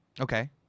Okay